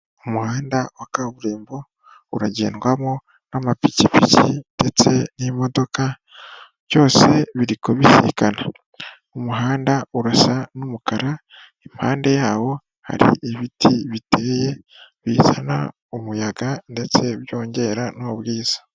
Umuhanda wa kaburimbo uragendwamo n'amapikipiki ndetse n'imodoka byose biri kubisikana, umuhanda urasa n'umukara, impande yawo hari ibiti biteye bizana umuyaga ndetse byongera n'ubwiza.